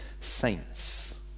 saints